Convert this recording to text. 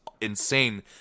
insane